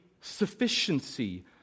sufficiency